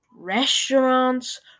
restaurants